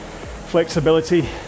flexibility